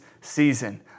season